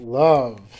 love